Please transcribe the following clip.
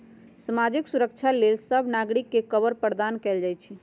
सामाजिक सुरक्षा लेल सभ नागरिक के कवर प्रदान कएल जाइ छइ